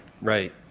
right